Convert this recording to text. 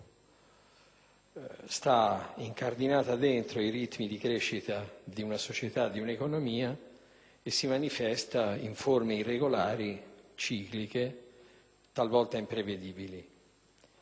sviluppo: sta incardinata dentro i ritmi di crescita di una società, di un'economia e si manifesta in forme irregolari, cicliche, talvolta imprevedibili.